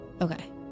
Okay